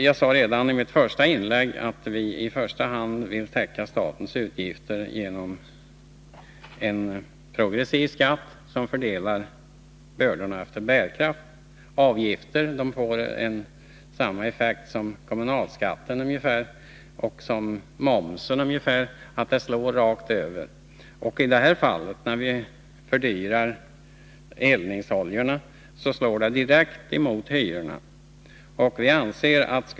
Jag sade redan i mitt första inlägg att vi vill täcka statens utgifter i första hand genom en progressiv skatt, som fördelar bördorna efter bärkraft. Avgifter får ungefär samma effekt som kommunalskatten eller momsen: de slår lika hårt rakt över. När vi i det här fallet fördyrar eldningsoljorna slår det direkt mot hyrorna.